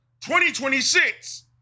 2026